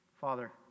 Father